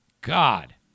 God